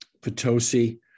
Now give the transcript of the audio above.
Potosi